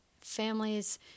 families